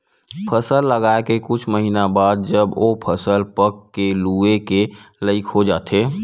फसल लगाए के कुछ महिना बाद जब ओ फसल पक के लूए के लइक हो जाथे